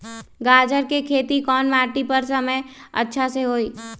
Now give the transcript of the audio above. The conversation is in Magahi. गाजर के खेती कौन मिट्टी पर समय अच्छा से होई?